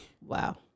Wow